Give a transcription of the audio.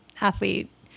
athlete